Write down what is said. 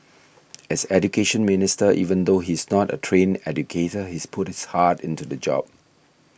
as Education Minister even though he is not a trained educator he's put his heart into the job